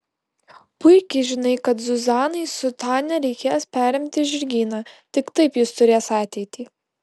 puikiai žinai kad zuzanai su tania reikės perimti žirgyną tik taip jis turės ateitį